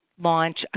launch